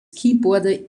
keyboarder